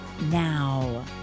Now